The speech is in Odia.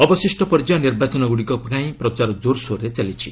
ଅବଶିଷ୍ଟ ପର୍ଯ୍ୟାୟ ନିର୍ବାଚନଗୁଡ଼ିକ ପାଇଁ ପ୍ରଚାର ଜୋରସୋରରେ ଚାଲିଛି